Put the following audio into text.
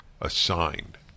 assigned